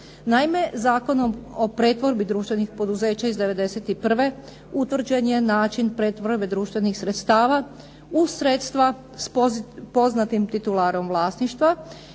Naime, Zakonom o pretvorbi društvenih poduzeća iz 91. utvrđen je način pretvorbe društvenih sredstava u sredstva s poznatim titularom vlasništva